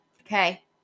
okay